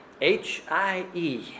H-I-E